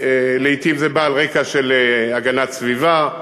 לעתים זה בא על רקע של הגנת סביבה,